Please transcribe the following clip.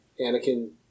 Anakin